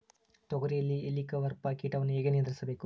ತೋಗರಿಯಲ್ಲಿ ಹೇಲಿಕವರ್ಪ ಕೇಟವನ್ನು ಹೇಗೆ ನಿಯಂತ್ರಿಸಬೇಕು?